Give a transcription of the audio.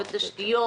בתשתיות?